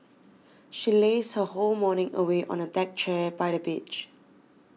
she lazed her whole morning away on a deck chair by the beach